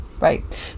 Right